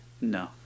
No